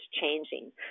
changing